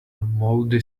mouldy